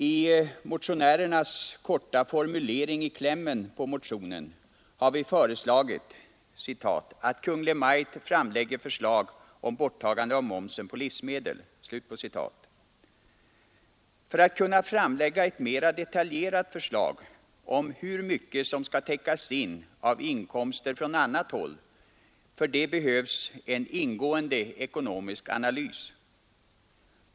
I vår korta formulering i ”klämmen” på motionen har vi föreslagit att Kungl. Maj:t framlägger förslag om borttagande av momsen på livsmedel. För att kunna framlägga ett mera detaljerat förslag om hur mycket som måste täckas in av inkomster från annat håll behövs en ingående ekonomisk analys.